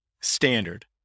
standard